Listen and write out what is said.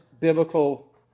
biblical